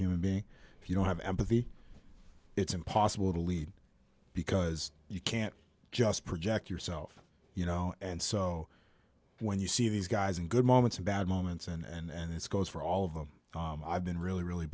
human being if you don't have empathy it's impossible to lead because you can't just project yourself you know and so when you see these guys and good moments and bad moments and this goes for all of them i've been really really